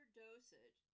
dosage